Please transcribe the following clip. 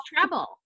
trouble